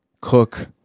cook